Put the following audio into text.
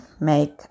make